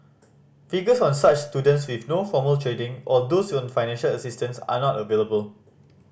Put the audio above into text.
figures on such students with no formal trading or those on financial assistance are not available